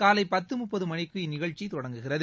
காலை பத்து முப்பது மணிக்கு இந்நிகழ்ச்சி தொடங்குகிறது